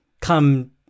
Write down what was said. come